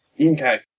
Okay